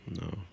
No